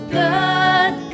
good